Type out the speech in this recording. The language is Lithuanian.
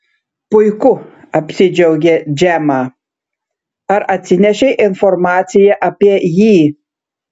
puiku apsidžiaugė džemą ar atsinešei informaciją apie jį